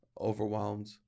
Overwhelmed